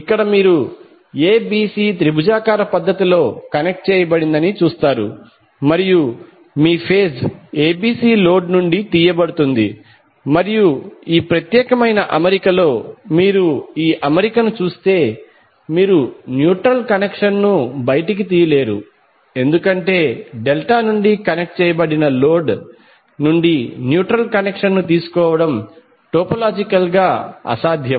ఇక్కడ మీరు ఎబిసి త్రిభుజాకార పద్ధతిలో కనెక్ట్ చేయబడిందని చూస్తారు మరియు మీ ఫేజ్ ఎబిసి లోడ్ నుండి తీయబడుతుంది మరియు ఈ ప్రత్యేకమైన అమరికలో మీరు ఈ అమరికను చూస్తే మీరు న్యూట్రల్ కనెక్షన్ను బయటకు తీయలేరు ఎందుకంటే డెల్టా నుండి కనెక్ట్ చేయబడిన లోడ్ నుండి న్యూట్రల్ కనెక్షన్ను తీసుకోవడం టోపొలాజికల్ గా అసాధ్యం